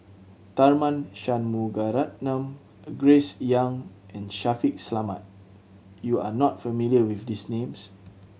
Tharman Shanmugaratnam Grace Young and Shaffiq Selamat you are not familiar with these names